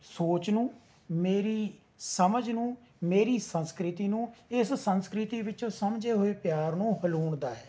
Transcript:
ਸੋਚ ਨੂੰ ਮੇਰੀ ਸਮਝ ਨੂੰ ਮੇਰੀ ਸੰਸਕ੍ਰਿਤੀ ਨੂੰ ਇਸ ਸੰਸਕ੍ਰਿਤੀ ਵਿਚੋਂ ਸਮਝੇ ਹੋਏ ਪਿਆਰ ਨੂੰ ਹਲੂਣਦਾ ਹੈ